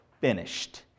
finished